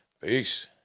Peace